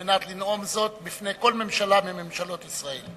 כדי לנאום זאת לפני כל ממשלה בממשלות ישראל.